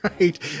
Right